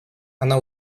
она